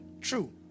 True